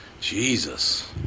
Jesus